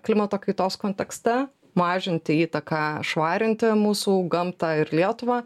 klimato kaitos kontekste mažinti įtaką švarinti mūsų gamtą ir lietuvą